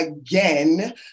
again